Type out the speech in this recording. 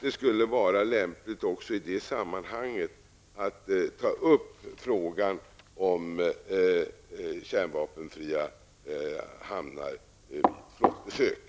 Det skulle vara lämpligt att i detta sammanhang också ta upp frågan om kärnvapenfria flottbesök.